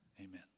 Amen